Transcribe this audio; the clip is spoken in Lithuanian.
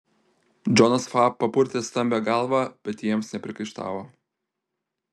džonas fa papurtė stambią galvą bet jiems nepriekaištavo